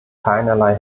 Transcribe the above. keinerlei